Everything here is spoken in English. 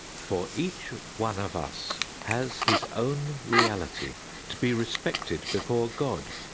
for each one of us has his own reality to be respected before god,